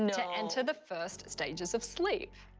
to enter the first stages of sleep.